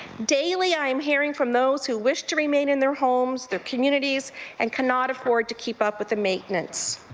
daily i am hearing from those who wish to remain in their homes, their communities and cannot afford to keep up with the maintenance.